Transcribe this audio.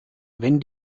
wenn